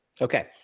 Okay